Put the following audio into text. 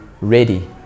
ready